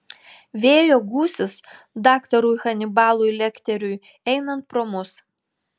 vėjo gūsis daktarui hanibalui lekteriui einant pro mus